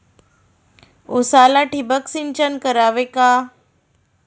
उसाला ठिबक सिंचन करावे का?